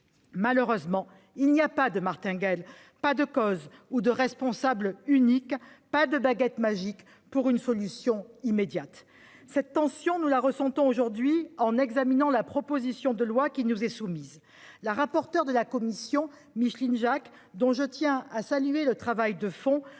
Malheureusement, il n'y a pas de martingale, pas de cause ou de responsable uniques, pas de baguette magique pour une solution immédiate. Cette tension, nous la ressentons aujourd'hui en examinant la proposition de loi qui nous est soumise. La rapporteure de la commission, Micheline Jacques, dont je tiens à saluer le travail de fond,